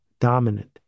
dominant